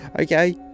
Okay